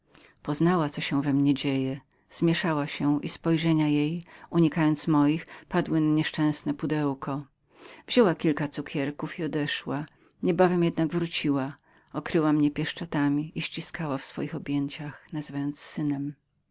poznała co się działo we mnie zmieszała się i spojrzenia jej unikając moich padły na nieszczęsne pudełko wzięła kilka cukierków i odeszła niebawem jednak wróciła okryła mnie pieszczotami i ściskała w swoich objęciach nazywając synem